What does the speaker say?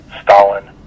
stalin